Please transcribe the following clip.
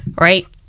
right